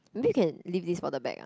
maybe can leave this for the back ah